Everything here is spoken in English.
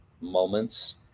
moments